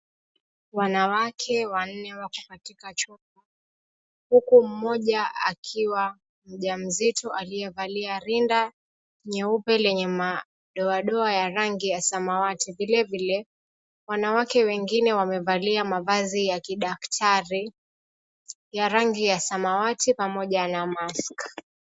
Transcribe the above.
Wanawake wanne wako katika chumba .Huku mmoja akiwa mjamzito aliyevalia rinda nyeupe lenye madoadoa ya rangi ya samawati. Vilevile wanawake wengine wamevalia mavazi ya kidaktari ya rangi ya samawati pamoja na mask .